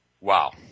Wow